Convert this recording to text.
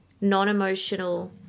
non-emotional